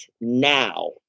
now